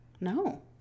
No